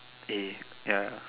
eh ya